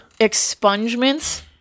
Expungements